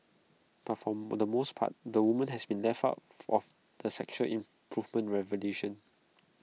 but for the most part the woman have been left out of the sexual improvement revolution